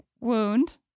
Wound